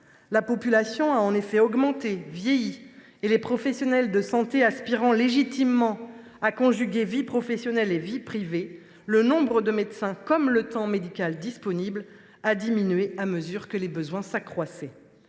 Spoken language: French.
La population a en effet augmenté et vieilli ; et les professionnels de santé aspirant légitimement à conjuguer vie professionnelle et vie privée, le nombre de médecins comme le temps médical disponible ont diminué à mesure que les besoins s’accroissaient.